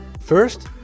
First